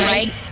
Right